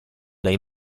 dai